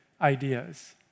ideas